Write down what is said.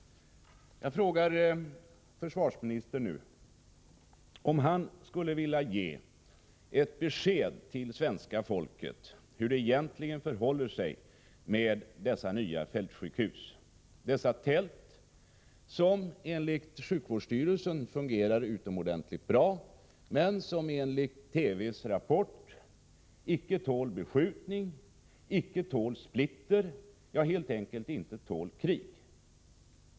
Jag frågar nu försvarsministern, om han skulle vilja ge ett besked till svenska folket om hur det egentligen förhåller sig med dessa nya fältsjukhus, dessa tält, som enligt sjukvårdsstyrelsen fungerar utomordentligt bra men som enligt Rapport icke tål beskjutning, icke tål splitter — ja, helt enkelt inte tål krig.